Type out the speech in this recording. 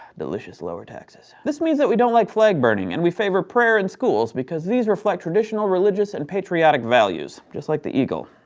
delicious lower taxes. this means that we don't like flag burning, and we favor prayer in schools because these reflect traditional religious and patriotic values. just like the eagle.